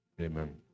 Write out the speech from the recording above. Amen